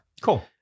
Cool